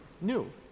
new